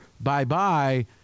bye-bye